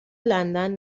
لندن